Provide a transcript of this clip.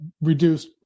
reduced